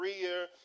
career